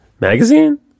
magazine